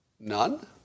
None